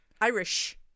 Irish